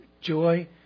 joy